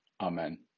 Amen